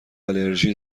آلرژی